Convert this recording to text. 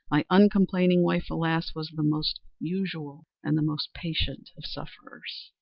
my uncomplaining wife, alas! was the most usual and the most patient of sufferers.